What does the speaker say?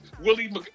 Willie